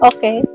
Okay